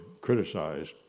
criticized